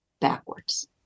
backwards